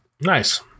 Nice